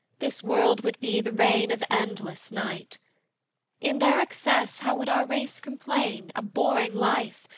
this world would be the reign of endless night in their excess how would our race complain, abhorring life!